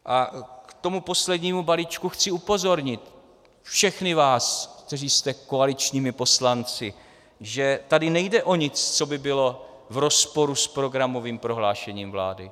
K tomu poslednímu balíčku chci upozornit vás všechny, kteří jste koaličními poslanci, že tady nejde o nic, co by bylo v rozporu s programovým prohlášením vlády.